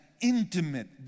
intimate